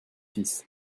fils